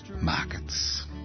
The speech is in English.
markets